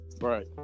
right